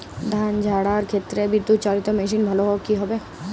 ধান ঝারার ক্ষেত্রে বিদুৎচালীত মেশিন ভালো কি হবে?